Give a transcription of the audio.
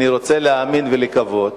אני רוצה להאמין ולקוות